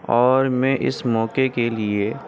اور میں اس موقعے کے لیے